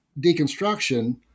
deconstruction